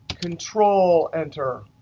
control enter,